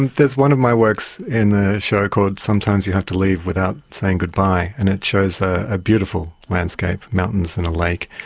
and there is one of my works in the show called sometimes you have to leave without saying goodbye, and it shows a beautiful landscape, mountains and a lake,